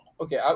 Okay